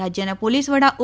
રાજ્યના પોલીસ વડા ઓ